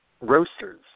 roasters